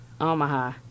Omaha